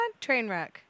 Trainwreck